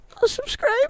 Subscribe